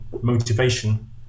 motivation